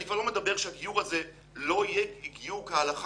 אני כבר לא מדבר שהגיור הזה לא יהיה גיור כהלכה